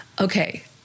okay